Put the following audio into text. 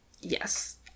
Yes